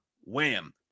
wham